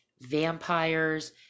vampires